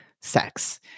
sex